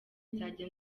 nzajya